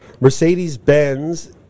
Mercedes-Benz